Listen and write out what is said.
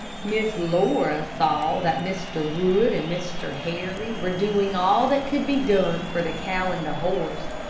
miss laura saw that mr. wood and mr. harry were doing all that could be done for the cow and horse,